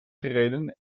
gereden